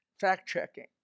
fact-checking